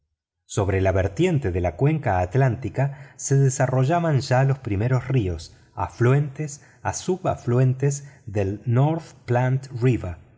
sobre la vertiente de la cuenca atlántica se desarrollaban ya los primeros ríos afluentes o subafluentes del north platte